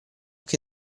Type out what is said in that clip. che